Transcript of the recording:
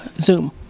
Zoom